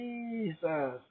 Jesus